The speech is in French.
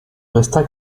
resta